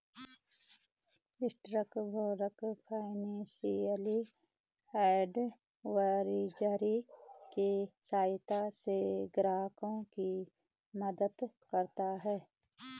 stock broker financial advisory के सहायता से ग्राहकों की मदद करता है